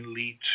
lead